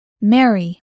Mary